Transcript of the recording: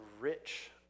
rich